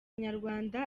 nyarwanda